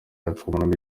akuramo